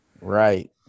Right